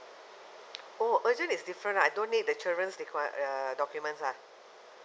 oh urgent is different lah I don't need the children's required uh documents lah